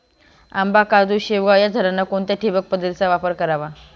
आंबा, काजू, शेवगा या झाडांना कोणत्या ठिबक पद्धतीचा वापर करावा?